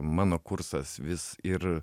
mano kursas vis ir